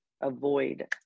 avoid